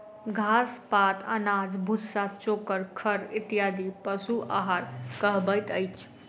घास, पात, अनाज, भुस्सा, चोकर, खड़ इत्यादि पशु आहार कहबैत अछि